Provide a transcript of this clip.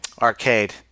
arcade